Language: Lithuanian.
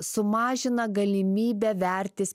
sumažina galimybę vertis